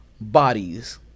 bodies